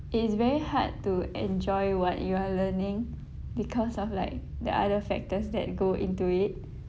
it is very hard to enjoy what you are learning because of like the other factors that go into it